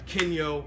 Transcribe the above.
Kenyo